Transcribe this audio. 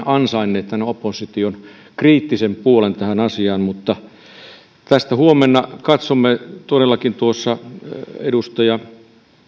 ansainnut tämän opposition kriittisen puolen tähän asiaan mutta tätä huomenna katsomme todellakin edustaja